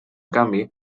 canvi